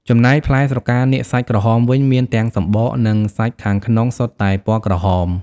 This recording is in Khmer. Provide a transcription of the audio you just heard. ចំណែក ផ្លែស្រកានាគសាច់ក្រហមវិញ មានទាំងសម្បក និងសាច់ខាងក្នុងសុទ្ធតែពណ៌ក្រហម។